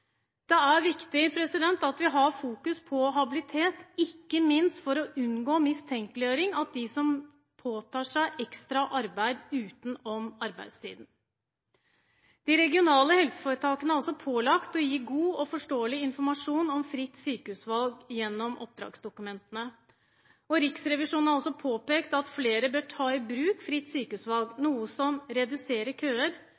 Det er viktig at vi fokuserer på habilitet, ikke minst for å unngå mistenkeliggjøring av dem som påtar seg ekstra arbeid utenom arbeidstiden. De regionale helseforetakene er også pålagt å gi god og forståelig informasjon om fritt sykehusvalg gjennom oppdragsdokumentene. Riksrevisjonen har også påpekt at flere bør ta i bruk fritt sykehusvalg,